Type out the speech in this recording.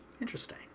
Interesting